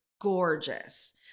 gorgeous